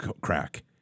crack